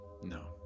No